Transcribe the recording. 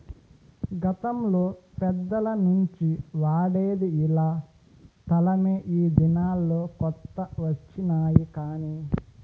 గతంలో పెద్దల నుంచి వాడేది ఇలా తలమే ఈ దినాల్లో కొత్త వచ్చినాయి కానీ